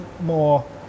more